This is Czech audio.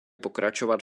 pokračovat